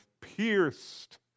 pierced